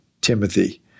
Timothy